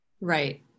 Right